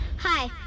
Hi